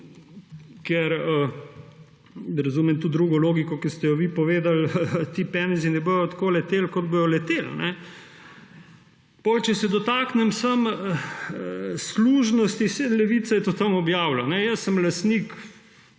razumem tudi drugo logiko, ki ste jo vi povedali, ti penezi ne bodo tako leteli, kot bodo leteli. Če se dotaknem služnosti. Saj Levica je to tam objavila, jaz sem lastnik,